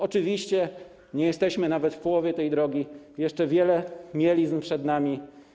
Oczywiście nie jesteśmy nawet w połowie tej drogi, jeszcze wiele mielizn przed nami.